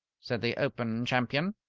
said the open champion.